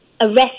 arrest